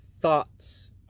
thoughts